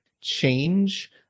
change